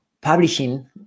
publishing